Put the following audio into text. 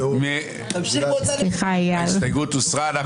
ההסתייגות הוסרה.